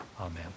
Amen